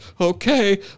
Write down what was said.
okay